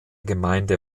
gemeinde